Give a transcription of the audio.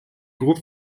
groupe